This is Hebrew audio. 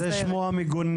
אז זה שמו המגונה.